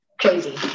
crazy